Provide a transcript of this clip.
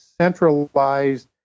centralized